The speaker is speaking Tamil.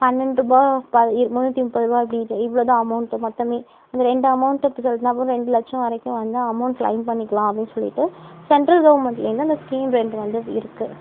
பன்னண்டு ரூபாய் ப முன்னூற்று முப்பது ரூபாய் இப்படி இவ்வளோதான் அமௌண்ட் மொத்தமே அந்த ரெண்டு அமௌண்ட்டும் இப்போ செலுத்தினா போதும் ரெண்டு லட்சம் வரைக்கும் வந்து அமௌண்ட் க்ளைம் பண்ணிக்கலாம் அப்படின்னு சொல்லிட்டு ஜென்ரல் கவர்மென்ட்டில் இருந்து அந்த ஸ்கீம் ரெண்டு வந்து இருக்கு